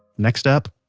next up,